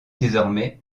désormais